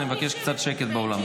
אני מבקש קצת שקט באולם,